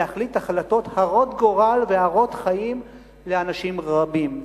להחליט החלטות הרות גורל והרות חיים לאנשים רבים.